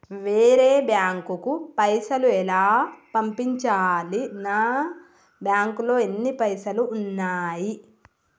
వేరే బ్యాంకుకు పైసలు ఎలా పంపించాలి? నా బ్యాంకులో ఎన్ని పైసలు ఉన్నాయి?